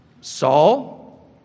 Saul